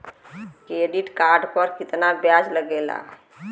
Credit card पर कितना ब्याज लगेला?